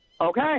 Okay